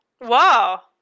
Wow